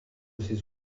ses